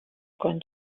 con